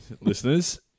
listeners